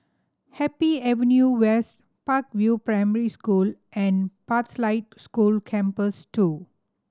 Happy Avenue West Park View Primary School and Pathlight School Campus Two